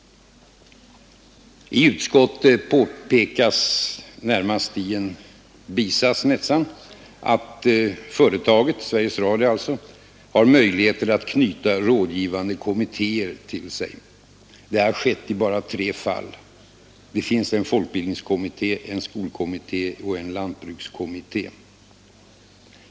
I utskottsbetänkandet påpekas, nästan i en bisats, att företaget — Sveriges Radio — har möjligheter att knyta rådgivande kommittéer till sig. Det har hittills skett i bara tre fall. Det finns en folkbildningskommitté, en skolkommitté och en lantbrukskommitté.